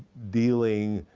dealing,